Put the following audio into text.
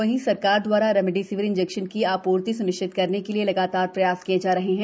वहीं सरकार द्वारा रेमडिसिविर इंजेक्शन की आपूर्ति स्निश्चित करने के लिए लगातार प्रयास किये जा रहे हैं